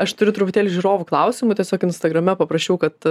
aš turiu truputėlį žiūrovų klausimų tiesiog instagrame paprašiau kad